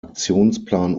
aktionsplan